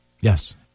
Yes